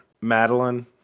Madeline